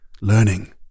learning